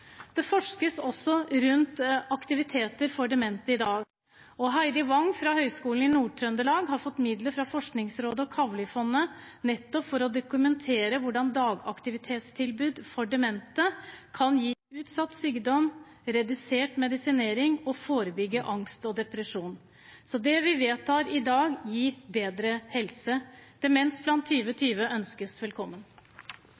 Det forskes også rundt aktiviteter for demente i dag, og Heidi Wang fra Høgskolen i Nord-Trøndelag har fått midler fra Forskningsrådet og Kavlifondet nettopp for å dokumentere hvordan dagaktivitetstilbud for demente kan gi utsatt sykdom, redusert medisinering og forebygge angst og depresjon. Så det vi vedtar i dag, gir bedre helse. Demensplan 2020 ønskes velkommen.